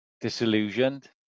disillusioned